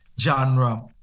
genre